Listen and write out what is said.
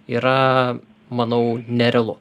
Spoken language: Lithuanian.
yra manau nerealu